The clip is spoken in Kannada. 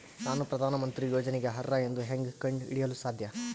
ನಾನು ಪ್ರಧಾನ ಮಂತ್ರಿ ಯೋಜನೆಗೆ ಅರ್ಹ ಎಂದು ಹೆಂಗ್ ಕಂಡ ಹಿಡಿಯಲು ಸಾಧ್ಯ?